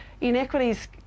inequities